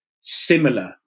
similar